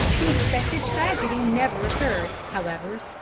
the expected tragedy never occurred, however,